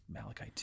Malachi